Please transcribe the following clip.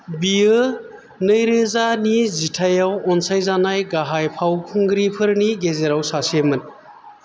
बियो नैरोजानि जिथायाव अनसायजानाय गाहाय फावखुंग्रिफोरनि गेजेराव सासेमोन